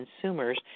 consumers